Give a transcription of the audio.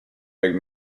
big